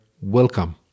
Welcome